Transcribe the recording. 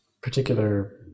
particular